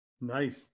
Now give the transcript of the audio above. Nice